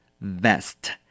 vest